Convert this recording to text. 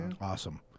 Awesome